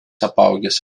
apaugęs